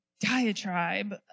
diatribe